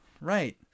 Right